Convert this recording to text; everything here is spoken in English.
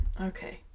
Okay